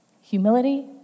Humility